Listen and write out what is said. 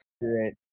right